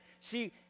See